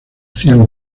hacían